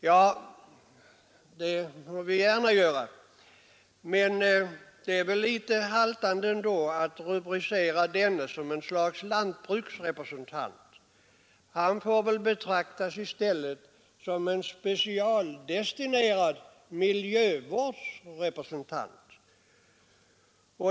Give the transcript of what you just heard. Ja, det må vi gärna göra, men det är väl ändå litet haltande att rubricera denne som ett slags lantbruksrepresentant. Han får i stället betraktas som en specialdestinerad miljövårdsrepresentant.